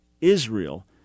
Israel